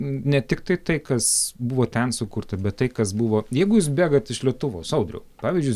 ne tiktai tai kas buvo ten sukurta bet tai kas buvo jeigu jūs bėgat iš lietuvos audriau pavyzdžius